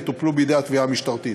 יטופלו בידי התביעה המשטרתית.